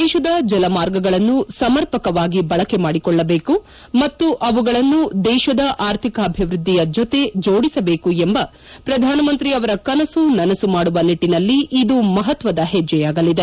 ದೇಶದ ಜಲಮಾರ್ಗಗಳನ್ನು ಸಮರ್ಪಕವಾಗಿ ಬಳಕೆ ಮಾಡಿಕೊಳ್ಳಬೇಕು ಮತ್ತು ಅವುಗಳನ್ನು ದೇಶದ ಆರ್ಥಿಕಾಭಿವ್ವದ್ಗಿಯ ಜೊತೆ ಜೋಡಿಸಬೇಕು ಎಂಬ ಪ್ರಧಾನಮಂತ್ರಿ ಅವರ ಕನಸು ನನಸು ಮಾಡುವ ನಿಟ್ಲಿನಲ್ಲಿ ಇದು ಮಹತ್ತದ ಪೆಜ್ಜೆಯಾಗಲಿದೆ